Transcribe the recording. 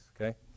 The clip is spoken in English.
okay